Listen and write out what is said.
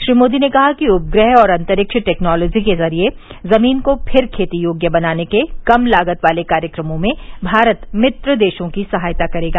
श्री मोदी ने कहा कि उपग्रह और अंतरिक्ष टेक्नोलॉजी के जरिये जमीन को फिर खेती योग्य बनाने के कम लागत वाले कार्यक्रमों में भारत मित्र देशों की सहायता करेगा